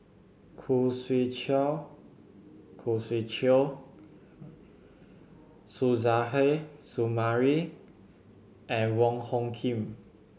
Khoo Swee Chiow Khoo Swee Chiow Suzairhe Sumari and Wong Hung Khim